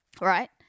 right